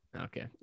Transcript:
okay